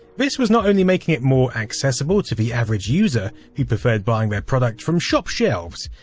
this was not only making it more accessible to the average user, who preferred buying their product from shop shelves,